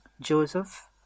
Joseph